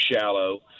shallow